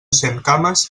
centcames